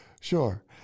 sure